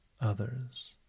others